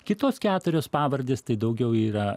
kitos keturios pavardės tai daugiau yra